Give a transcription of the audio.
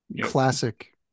Classic